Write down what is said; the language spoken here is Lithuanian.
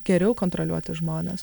geriau kontroliuoti žmones